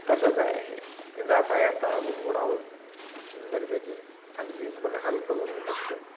तसंच आहे हे जाता येता गुणगुणावं सुंदरपैकी अगदी मन हलकं होऊन बसतं